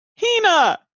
Hina